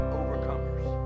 overcomers